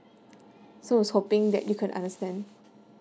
so is hoping that you can understand